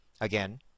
again